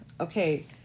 okay